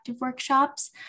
workshops